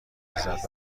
لذت